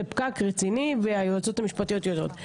זה פקק רציני והיועצות המשפטיות יודעות.